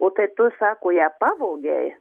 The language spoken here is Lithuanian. o tai tu sako ją pavogei